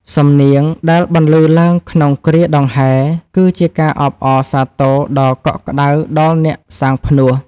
សំនៀងដែលបន្លឺឡើងក្នុងគ្រាដង្ហែ គឺជាការអបអរសាទរដ៏កក់ក្តៅដល់អ្នកសាងផ្នួស។